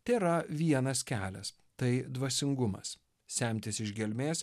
tėra vienas kelias tai dvasingumas semtis iš gelmės